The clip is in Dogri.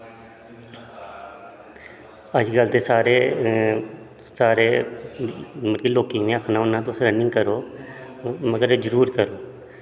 अज्जकल ते सारे सारे मतलब कि लोकें गी में आक्खना होन्नां कि रनिंग करो मगर जरूर करो